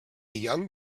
young